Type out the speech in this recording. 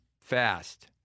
fast